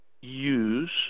use